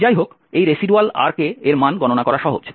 যাইহোক এই residual rk এর মান গণনা করা সহজ